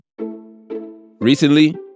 Recently